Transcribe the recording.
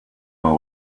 know